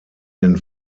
den